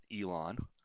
Elon